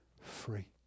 free